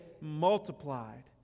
multiplied